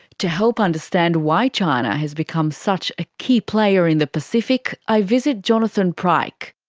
to help understand why china has become such a key player in the pacific, i visit jonathan pryke,